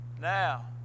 now